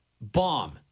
bomb